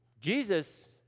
Jesus